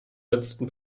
letzten